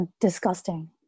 disgusting